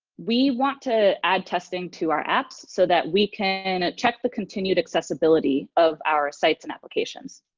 we want to add testing to our apps so that we can check the continued accessibility of our sites and applications.